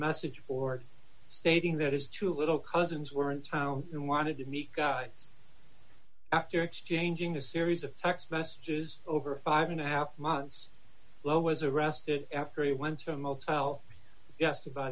message for stating that it's too little cousins were in town and wanted to meet guys after exchanging a series of text messages over five and a half months lho was arrested after he went to a motel